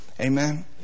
Amen